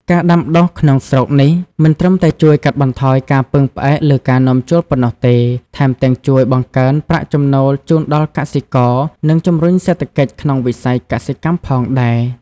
ការដាំដុះក្នុងស្រុកនេះមិនត្រឹមតែជួយកាត់បន្ថយការពឹងផ្អែកលើការនាំចូលប៉ុណ្ណោះទេ ថែមទាំងជួយបង្កើនប្រាក់ចំណូលជូនដល់កសិករ និងជំរុញសេដ្ឋកិច្ចក្នុងវិស័យកសិកម្មផងដែរ។